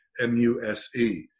M-U-S-E